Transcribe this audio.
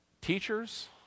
teachers